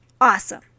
awesome